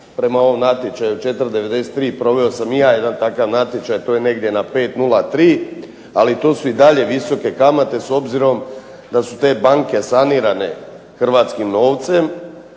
prema ovom natječaju 4,93. Proveo sam i ja jedan takav natječaj, to je negdje na 5,03, ali tu su i dalje visoke kamate s obzirom da su te banke sanirane hrvatskim novcem,